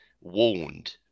warned